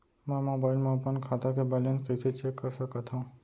मैं मोबाइल मा अपन खाता के बैलेन्स कइसे चेक कर सकत हव?